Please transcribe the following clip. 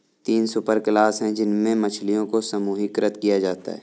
तीन सुपरक्लास है जिनमें मछलियों को समूहीकृत किया जाता है